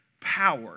power